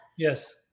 Yes